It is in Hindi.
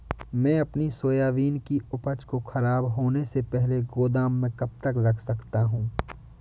मैं अपनी सोयाबीन की उपज को ख़राब होने से पहले गोदाम में कब तक रख सकता हूँ?